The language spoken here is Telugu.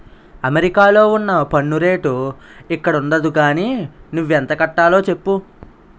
అమెరికాలో ఉన్న పన్ను రేటు ఇక్కడుండదు గానీ నువ్వెంత కట్టాలో చెప్పు